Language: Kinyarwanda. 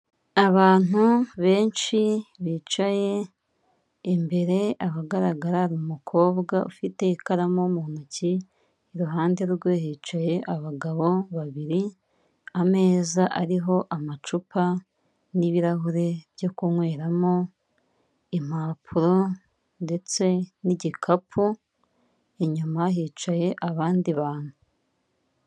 Abantu benshi bicaye imbere ahagaragara ni umukobwa ufite ikaramu mu ntoki, iruhande rwe hicaye abagabo babiri, ameza ariho amacupa n'ibirahure byo kunyweramo, impapuro ndetse n'igikapu inyuma hicaye abandi bantu.